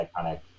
iconic